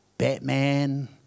Batman